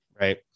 Right